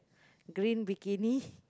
green bikini